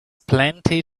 plenty